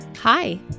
Hi